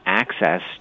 Access